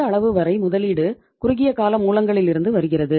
இந்த அளவு வரை முதலீடு குறுகியகால மூலங்களிலிருந்து வருகிறது